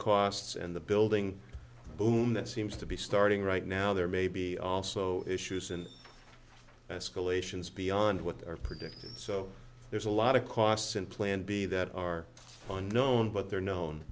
costs and the building boom that seems to be starting right now there may be also issues in escalations beyond what they're predicting so there's a lot of costs in plan b that are on known but they're known